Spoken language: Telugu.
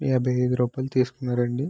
యాభై ఐదు రూపాయలు తీసుకున్నారండి